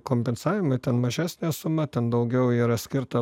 kompensavimai ten mažesnė suma ten daugiau yra skirta